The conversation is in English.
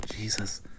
Jesus